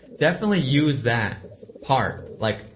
definitely used that part, like,